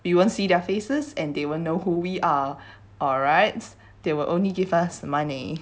you won't see their faces and they will know who we are all rights they will only give us the money